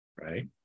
right